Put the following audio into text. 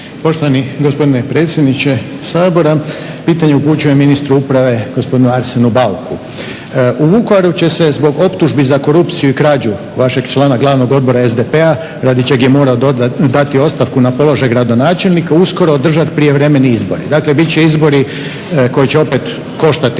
Poštovani gospodine predsjedniče Sabora, pitanje upućujem ministru uprave gospodinu Arsenu Bauku. U Vukovaru će se zbog optužbi za korupciju i krađu vašeg člana glavnog odbora SDP-a, radi čeg je morao dati ostavku na položaj gradonačelnika, uskoro održati prijevremeni izbori, dakle bit će izbori koji će opet koštati